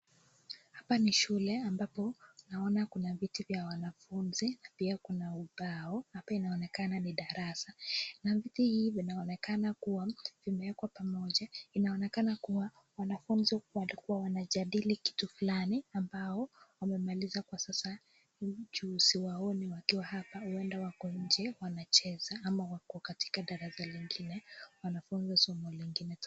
Hapa ni shule ambapo naona kuna viti vya wanafunzi na pia kuna ubao na pia inaonekana ni darasa na viti hii vinaonakana kuwa vimewekwa pamoja inaonekana kuwa wanafunzi walikua wanajadili kitu fulani ambao wamemaliza kwa sasa juu ziwaoni wakiwa hapa huenda wako nje wanacheza ama wako katika darasa lingine wanafunzwa somo lingine tofauti.